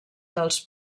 dels